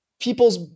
people's